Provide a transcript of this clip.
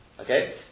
Okay